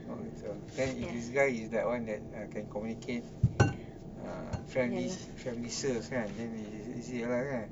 gitu ah if this guy is that [one] that uh can communicate uh friendly then he's it lah kan